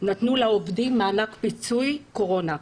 נתנו לעובדים מענק פיצוי קורונה.